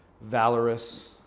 valorous